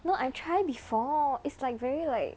no I try before it's like very like